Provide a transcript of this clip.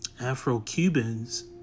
Afro-Cubans